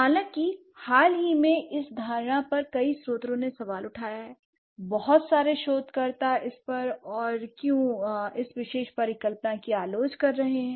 हालाँकि हाल ही में इस धारणा पर कई स्रोतों ने सवाल उठाया है l बहुत सारे शोधकर्ता इस पर और क्यों इस विशेष परिकल्पना की आलोचना कर रहे हैं